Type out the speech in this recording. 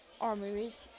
armories